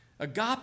Agape